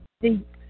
deep